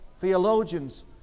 Theologians